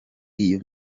iyo